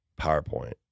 PowerPoint